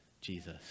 Jesus